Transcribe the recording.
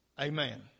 Amen